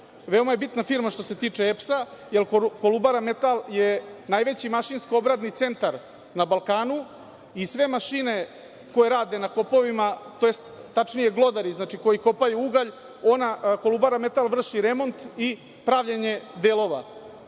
veoma je bitna firma što se tiče EPS-a, jer „Kolubara metal“ je najveći mašinsko obradni centar na Balkanu i sve mašine koje rade na kopovima, tj. tačnije glodari, znači koji kopaju ugalj, „Kolubara metal“ vrši remont i pravljenje delova